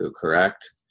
correct